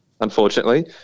Unfortunately